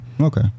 Okay